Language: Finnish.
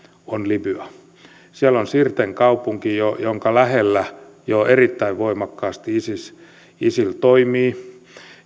on libya siellä on sirtin kaupunki jonka lähellä jo erittäin voimakkaasti isil toimii